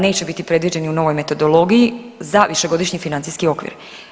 Neće biti predviđeni u novoj metodologiji za višegodišnji financijski okvir.